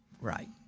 Right